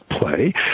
play